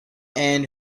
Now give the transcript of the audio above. and